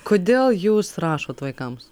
kodėl jūs rašot vaikams